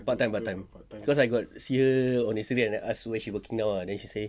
part-time part-time cause I got see her on instagram then I ask where she working now ah then she say